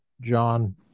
John